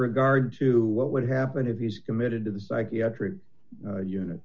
regard to what would happen if he's committed to the psychiatric unit